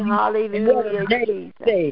Hallelujah